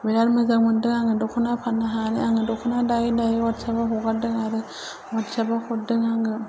बिराथ मोजां मोन्दों आङो दख'ना फाननो हानानै आङो दख'ना दायो दायो वाट्सापआव हगारदों आरो वाटसापआव हरदों आङो